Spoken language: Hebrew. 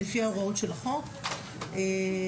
כרגע,